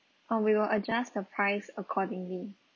uh we will adjust the price accordingly